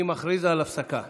אני מכריז על הפסקה.